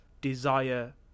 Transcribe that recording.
desire